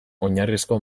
oinarrizko